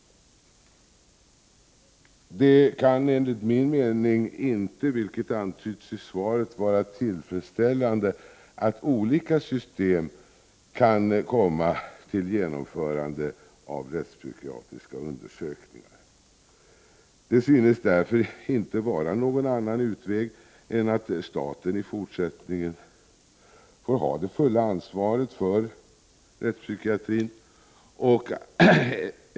Enligt min mening kan det inte vara tillfredsställande att det, vilket antyds i svaret, kan bli olika system för genomförande av rättspsykiatriska undersökningar. Det synes därför inte vara någon annan utväg än att staten i fortsättningen får ha det fulla ansvaret för rättspsykiatrin.